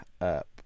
up